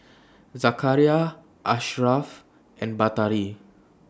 Zakaria Asharaff and Batari